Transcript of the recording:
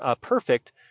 perfect